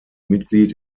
mitglied